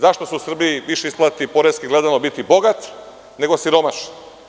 Zašto se u Srbiji više isplati, poreski gledano, biti bogat nego siromašan?